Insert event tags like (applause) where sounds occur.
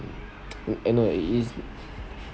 (noise) eh no eh there is